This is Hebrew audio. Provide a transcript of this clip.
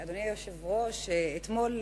אדוני היושב-ראש, אתמול